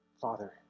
Father